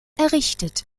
errichtet